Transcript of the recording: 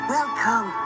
Welcome